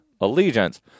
allegiance